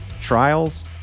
trials